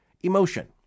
emotion